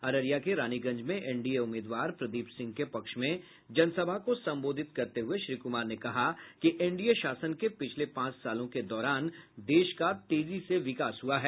अररिया के रानीगंज में एनडीए उम्मीदवार प्रदीप सिंह के पक्ष में जनसभा को संबोधित करते हुये श्री कुमार ने कहा कि एनडीए शासन के पिछले पांच सालों के दौरान देश का तेजी से विकास हुआ है